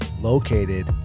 located